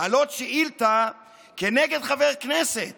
להעלות שאילתה כנגד חבר כנסת